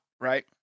right